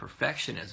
perfectionism